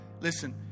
Listen